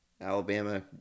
alabama